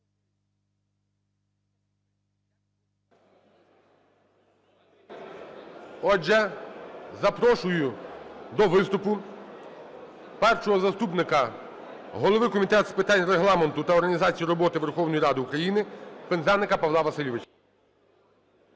Отже, запрошую до виступу першого заступника голови Комітету з питань Регламенту та організації роботи Верховної Ради України Пинзеника Павла Васильовича.